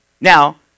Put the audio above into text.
Now